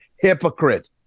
Hypocrite